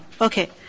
Okay